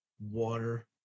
water